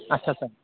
आस्सा